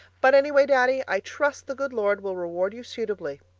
but anyway, daddy, i trust the good lord will reward you suitably.